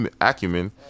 acumen